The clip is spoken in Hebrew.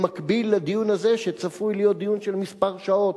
במקביל לדיון הזה, שצפוי להיות דיון של כמה שעות.